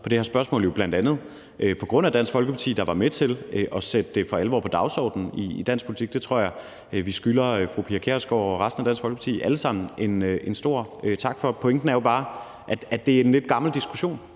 på det her spørgsmål, bl.a. jo på grund af Dansk Folkeparti, der var med til for alvor at sætte det på dagsordenen i dansk politik. Det tror jeg vi alle sammen skylder fru Pia Kjærsgaard og resten af Dansk Folkeparti en stor tak for. Pointen er jo bare, at det er en lidt gammel diskussion,